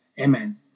Amen